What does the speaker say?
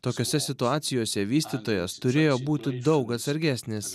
tokiose situacijose vystytojas turėjo būti daug atsargesnis